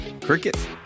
Cricket